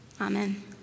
Amen